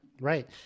right